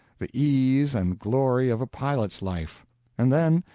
the ease and glory of a pilot's life and then,